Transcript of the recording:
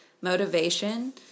motivation